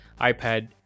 iPad